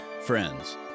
friends